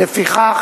אופן,